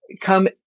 come